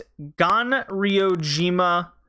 Ganryojima